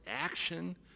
action